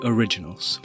Originals